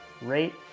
rate